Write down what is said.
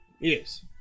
Yes